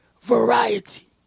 variety